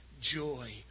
joy